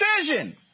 decision